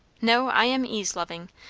no, i am ease-loving.